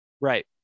Right